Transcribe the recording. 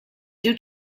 due